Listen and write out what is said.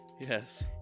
Yes